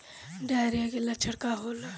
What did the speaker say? Diarrhoea के लक्षण का होला?